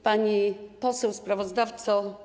Pani Poseł Sprawozdawco!